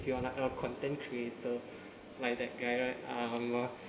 if you're like a content creator like that guy right um a